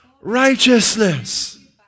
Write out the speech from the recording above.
righteousness